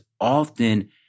often